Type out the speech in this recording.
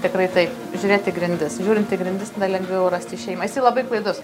tikrai taip žiūrėt į grindis žiūrint į grindis tada lengviau rast išėjimą jisai labai klaidus